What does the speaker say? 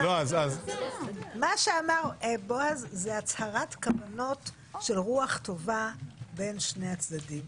מה שאמר בועז זה הצהרת כוונות של רוח טובה בין שני הצדדים,